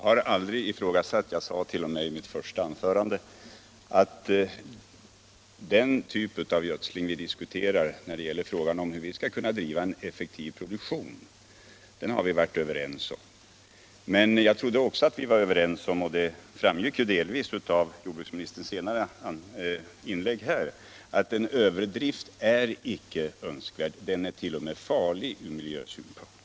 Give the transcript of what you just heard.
Herr talman! Som jag framhöll i mitt första anförande har jag aldrig ifrågasatt den typ av gödsling vi diskuterar i samband med frågan hur vi skall driva en effektiv produktion, utan den har vi varit överens om. Men jag trodde också att vi var överens om — och det framgick ju av jordbruksministerns senare inlägg — att en överdrift icke är önskvärd, utan t.o.m. farlig, ur miljösynpunkt.